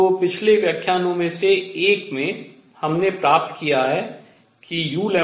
तो पिछले व्याख्यानों में से एक में हमने प्राप्त किया है कि u2cu